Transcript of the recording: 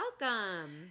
welcome